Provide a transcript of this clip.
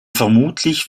vermutlich